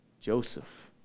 Joseph